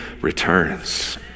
returns